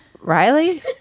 Riley